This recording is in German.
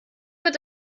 mit